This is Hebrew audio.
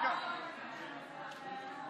ההצעה להעביר את הצעת חוק הפרמדיקים,